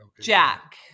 Jack